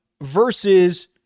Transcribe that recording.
versus